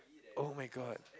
oh-my-god